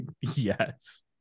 Yes